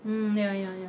mm ya ya ya